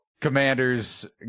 Commanders